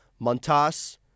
Montas